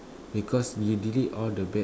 because you delete all the bad